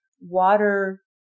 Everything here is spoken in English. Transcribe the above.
water